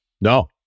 No